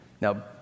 now